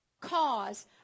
Cause